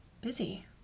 busy